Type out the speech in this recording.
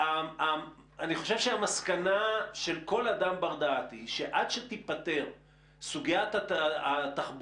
אני חושב שהמסקנה של כל אדם בר דעת היא שעד שתיפתר סוגיית התחבורה